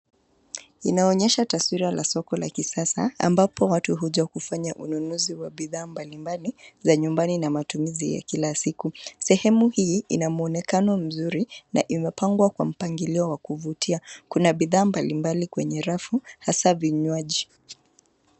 Inaonyesha taswira la soko la kisasa ambapo watu huja kufanya ununuzi wa bidhaa mbalimbali za nyumbani na matumizi ya kila siku. Sehemu hii ina muonekano mzuri na imepangwa kwa mpangilio wa kuvutia kuna bidhaa mbalimbali kwenye rafu hasa vinywaji.